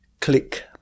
click